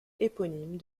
éponyme